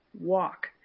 walk